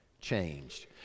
changed